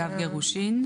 (תיקון - דחיית תשלום היטל השבחה אגב גירושין),